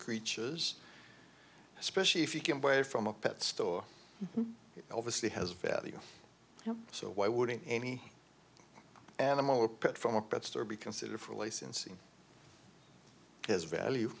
creatures especially if you can buy it from a pet store obviously has value so why wouldn't any animal or pet from a pet store be considered for licensing has value